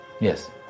Yes